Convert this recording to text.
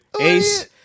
Ace